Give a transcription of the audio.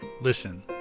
listen